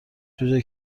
جوجه